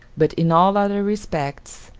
but, in all other respects,